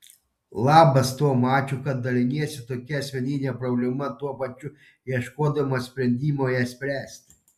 labas toma ačiū kad daliniesi tokia asmenine problema tuo pačiu ieškodama sprendimo ją spręsti